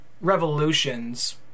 Revolutions